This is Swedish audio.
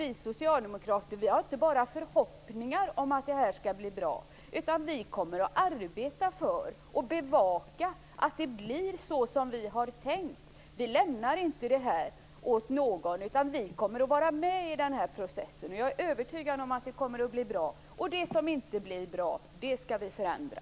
Vi socialdemokrater har inte bara förhoppningar om att detta skall bli bra. Vi kommer att arbeta för och bevaka att det blir så som vi har tänkt. Vi lämnar inte detta åt någon annan. Vi kommer att vara med i processen. Jag är övertygad om att det kommer att bli bra. Det som inte blir bra skall vi förändra.